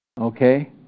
Okay